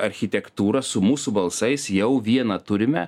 architektūrą su mūsų balsais jau vieną turime